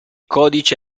codice